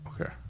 Okay